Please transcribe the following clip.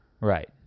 Right